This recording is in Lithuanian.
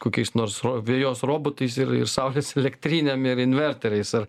kokiais nors ro vejos robotais ir ir saulės elektrinėm ir inverteriais ar